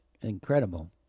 Incredible